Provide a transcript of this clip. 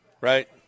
Right